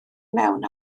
mewn